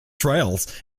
trails